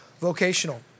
Vocational